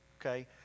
okay